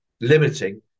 limiting